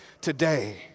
today